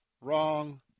wrong